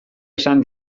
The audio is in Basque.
esan